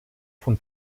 von